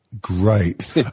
great